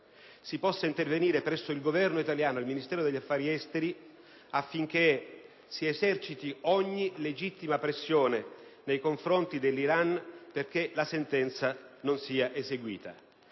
possa intervenire presso il Governo italiano e il Ministero degli affari esteri al fine di esercitare ogni legittima pressione nei confronti dell'Iran perché la sentenza non sia eseguita.